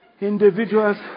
individuals